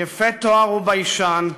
יפה תואר וביישן,